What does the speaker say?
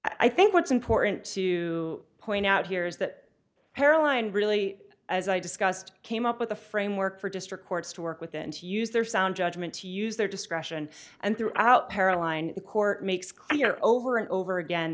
i think what's important to point out here is that caroline really as i discussed came up with a framework for district courts to work with and to use their sound judgment to use their discretion and throughout para line the court makes clear over and over again